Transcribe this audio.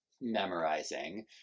memorizing